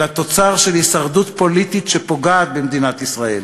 אלא תוצר של הישרדות פוליטית שפוגעת במדינת ישראל.